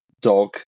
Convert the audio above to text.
dog